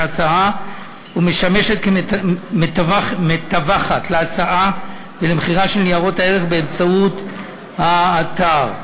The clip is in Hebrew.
ההצעה ומשמשת מתווכת להצעה ולמכירה של ניירות הערך באמצעות האתר.